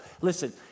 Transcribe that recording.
Listen